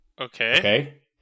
Okay